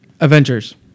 Avengers